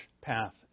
path